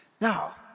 Now